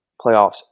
playoffs